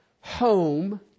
home